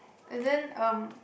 and then um